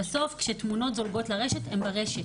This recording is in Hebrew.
בסוף כשתמונות זולגות לרשת הן ברשת.